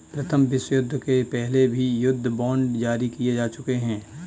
प्रथम विश्वयुद्ध के पहले भी युद्ध बांड जारी किए जा चुके हैं